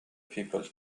people